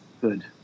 good